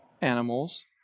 animals